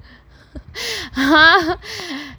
!huh!